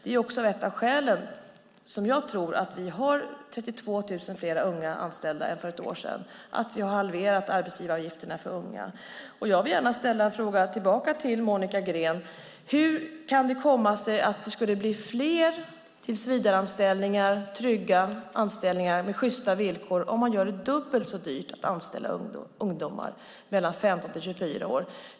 Att vi har halverat arbetsgivaravgifterna för att anställa unga är, tror jag, också ett av skälen till att vi har 32 000 fler unga anställda än för ett år sedan. Jag vill gärna ställa en motfråga till Monica Green: Hur skulle det kunna bli fler trygga anställningar med sjysta villkor om man gör det dubbelt så dyrt att anställa ungdomar mellan 15 och 24 år?